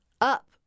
up